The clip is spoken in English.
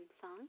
song